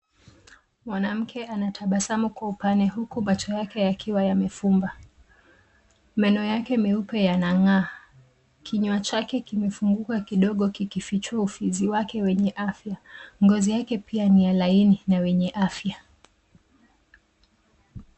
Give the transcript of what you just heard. Mwanamke anatabasamu kwa upana huku macho yake yakiwa yamefumba. Meno yake meupe yanang'aa. Kinywa chake kimefunguka kidogo kikifichua ufizi wake wenye afya. Ngozi yake pia ni ya laini na wenye afya.